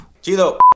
Chido